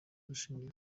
rushingiye